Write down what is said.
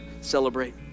celebrate